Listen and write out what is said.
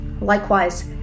likewise